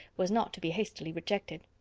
was not to be hastily rejected.